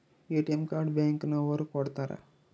ATM card bank ನವರು ಕೊಡ್ತಾರ